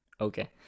Okay